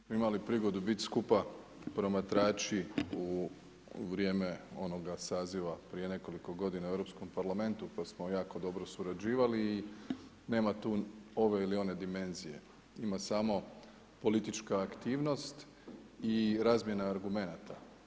zastupnice Jerković, imali prigodu biti skupa promatrači u vrijeme onoga saziva prije nekoliko godina u Europskom parlamentu pa smo jako dobro surađivali i nema tu ove ili one dimenzije, ima samo politička aktivnost i razmjena argumenata.